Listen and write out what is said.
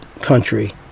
country